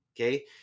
Okay